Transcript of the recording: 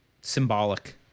symbolic